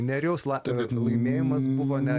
nerijaus latvių laimėjimas buvo ne